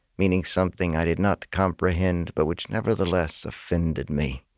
meaning something i did not comprehend, but which nevertheless offended me.